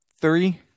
Three